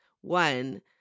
One